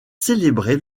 célébrée